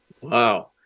Wow